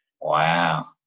Wow